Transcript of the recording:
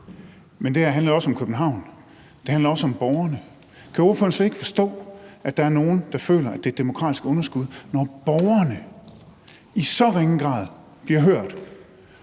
men det her handler jo også om København. Det handler også om borgerne. Kan ordføreren slet ikke forstå, at der er nogle, der føler, at der er et demokratisk underskud, når borgerne i så ringe grad bliver hørt